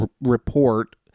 report